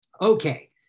Okay